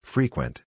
Frequent